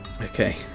Okay